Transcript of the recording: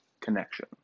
connection